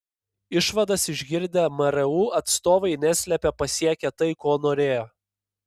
išvadas išgirdę mru atstovai neslėpė pasiekę tai ko norėjo